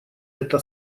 это